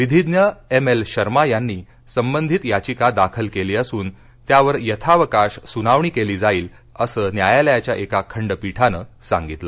विधीज्ञ M L Sharma यांनी संबंधित याचिका दाखल केली असून त्यावर यथावकाश सुनावणी केली जाईल असं न्यायालयाच्या एका खंडपीठानं सांगितलं